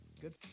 good